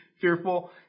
fearful